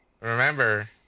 Remember